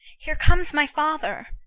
here comes my father.